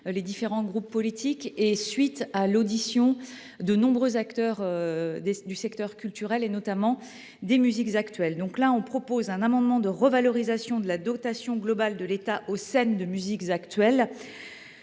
les différents groupes politiques, à la suite d’auditions de nombreux acteurs du secteur culturel, notamment des musiques actuelles. Nous proposons de revaloriser la dotation globale de l’État aux scènes de musiques actuelles